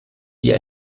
wie